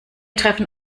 treffen